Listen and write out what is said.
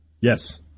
Yes